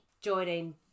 joining